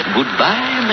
Goodbye